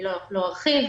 לא ארחיב,